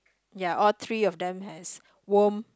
ya all three all them has warm